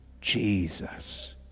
Jesus